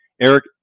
Eric